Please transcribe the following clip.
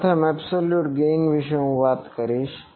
પ્રથમ absolute gain વિશે હું વાત કરીશ